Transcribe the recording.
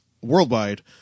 worldwide